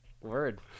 Word